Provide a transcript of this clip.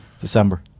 december